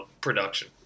production